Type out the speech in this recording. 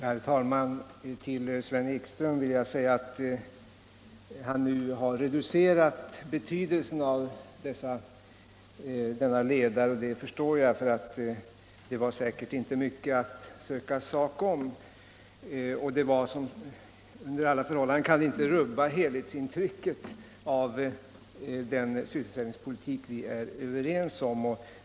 Herr talman! Herr Ekström har nu reducerat betydelsen av den ledare han talade om i sitt tidigare inlägg. Det förstår jag. Den var säkert inte mycket att söka sak om. Under alla förhållanden kan den inte rubba helhetsintrycket av den sysselsättningspolitik som vi är överens om.